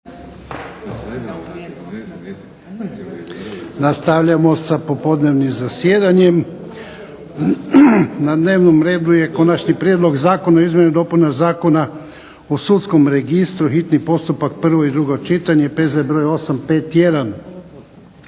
Nastavljamo sa popodnevnim zasjedanjem. Na dnevnom redu je - Konačni prijedlog zakona o izmjenama i dopunama Zakona o sudskom registru, hitni postupak, prvo i drugo čitanje, P.Z. br.851